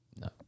No